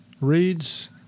reads